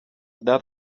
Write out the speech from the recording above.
that